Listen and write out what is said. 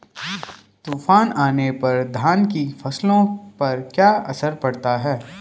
तूफान आने पर धान की फसलों पर क्या असर पड़ेगा?